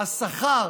השכר